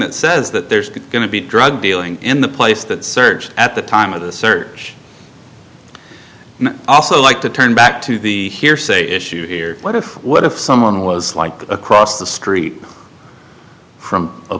that says that there's going to be drug dealing in the place that searched at the time of the search and also like to turn back to the hearsay issue here what if what if someone was like across the street from a